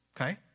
Okay